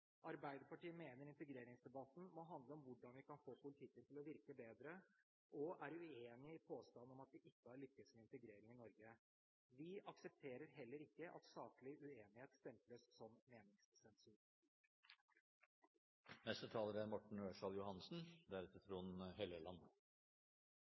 Arbeiderpartiet mener integreringsdebatten må handle om hvordan vi kan få politikken til å virke bedre, og vi er uenig i påstanden, at vi ikke har lyktes med integrering i Norge. Vi aksepterer heller ikke at saklig uenighet stemples som meningssensur. Vårt spørsmål om vi har lyktes med integreringspolitikken, er